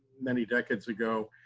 many decades ago.